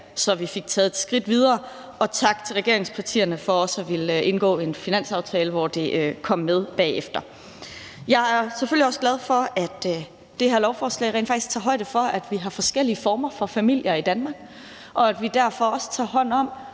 så vi fik taget et skridt videre. Og tak til regeringspartierne for også at ville indgå en finanslovsaftale, hvor det kom med bagefter. Jeg er selvfølgelig også glad for, at det her lovforslag rent faktisk tager højde for, at vi har forskellige former for familier i Danmark, og at vi derfor også tager hånd om